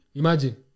imagine